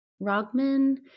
Rogman